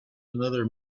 another